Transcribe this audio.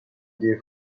دیر